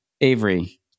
Avery